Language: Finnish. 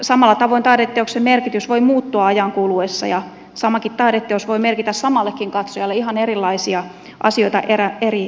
samalla tavoin taideteoksen merkitys voi muuttua ajan kuluessa ja samakin taideteos voi merkitä samallekin katsojalle ihan erilaisia asioita eri elämänvaiheessa